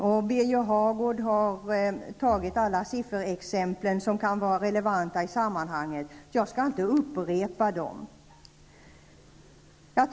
Birger Hagård har tagit alla sifferexempel som kan vara relevanta i sammanhanget, och jag skall inte upprepa dem.